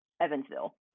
Evansville